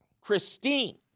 Christine